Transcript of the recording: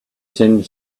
send